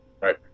Right